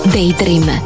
Daydream